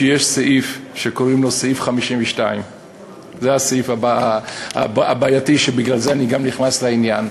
אבל הוא גם יודע שיש סעיף שקוראים לו סעיף 52. זה הסעיף הבעייתי שבגללו אני גם נכנס לעניין,